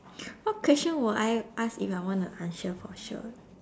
what question will I ask if I want a answer for sure